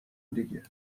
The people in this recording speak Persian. دیگه